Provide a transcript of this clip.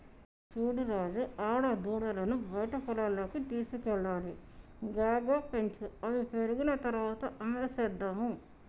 చూడు రాజు ఆడదూడలను బయట పొలాల్లోకి తీసుకువెళ్లాలి బాగా పెంచు అవి పెరిగిన తర్వాత అమ్మేసేద్దాము